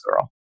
girl